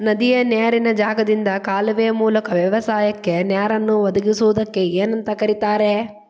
ನದಿಯ ನೇರಿನ ಜಾಗದಿಂದ ಕಾಲುವೆಯ ಮೂಲಕ ವ್ಯವಸಾಯಕ್ಕ ನೇರನ್ನು ಒದಗಿಸುವುದಕ್ಕ ಏನಂತ ಕರಿತಾರೇ?